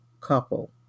couple